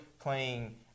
playing